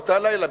באותו לילה,